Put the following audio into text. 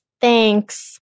Thanks